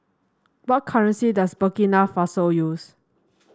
what currency does Burkina Faso use